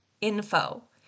info